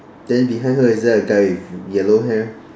then behind her is there a guy with yellow hair